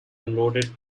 unloaded